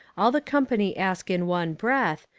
all the company ask in one breath,